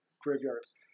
graveyards